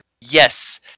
Yes